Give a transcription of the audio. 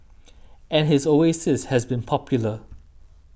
and his oasis has been popular